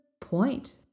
point